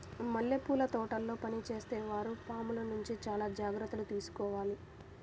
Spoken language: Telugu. మల్లెపూల తోటల్లో పనిచేసే వారు పాముల నుంచి చాలా జాగ్రత్తలు తీసుకోవాలి